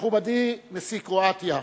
מכובדי נשיא קרואטיה,